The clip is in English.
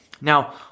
Now